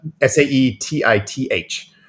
S-A-E-T-I-T-H